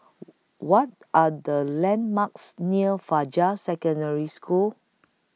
What Are The landmarks near Fajar Secondary School